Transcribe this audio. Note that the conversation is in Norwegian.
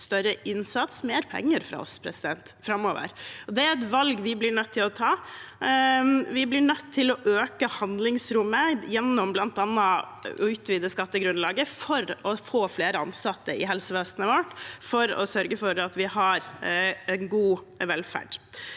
større innsats og mer penger fra oss framover. Det er et valg vi blir nødt til å ta. Vi blir nødt til å øke handlingsrommet, bl.a. gjennom å utvide skattegrunnlaget, for å få flere ansatte i helsevesenet vårt, og for å sørge for at vi har en god velferd.